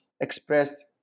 expressed